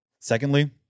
Secondly